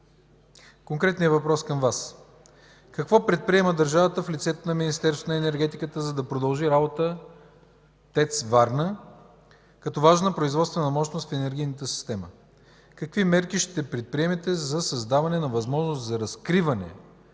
Конкретният въпрос към Вас: какво предприема държавата в лицето на Министерството на енергетиката, за да продължи работа ТЕЦ „Варна” като важна производствена мощност в енергийната система? Какви мерки ще предприемете за създаване на възможност за разкриване